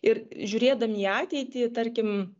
ir žiūrėdami į ateitį tarkim